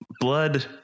Blood